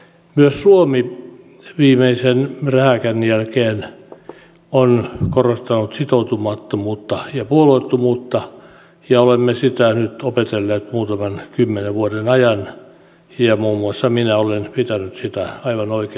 myös suomi viimeisen rähäkän jälkeen on korostanut sitoutumattomuutta ja puolueettomuutta ja olemme sitä nyt opetelleet muutaman kymmenen vuoden ajan ja muun muassa minä olen pitänyt sitä aivan oikeana linjana